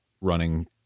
running